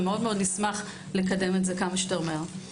ונשמח לקדם את זה מה שיותר מהר.